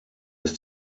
ist